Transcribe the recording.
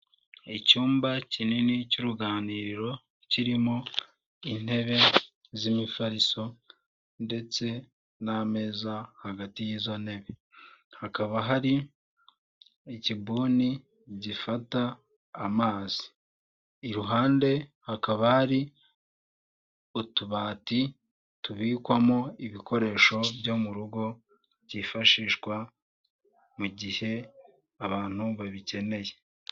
Icyumba kinini cy’uruganiriro kirimo intebe z’imifariso ndetse n’ameza hagati y’izo ntebe. Hakaba hari ikibuni gifata amazi ,iruhande hakaba hari utubati tubikwamo ibikoresho byo mu rugo byifashishwa mu gihe abantu babikeneye.